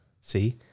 See